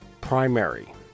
primary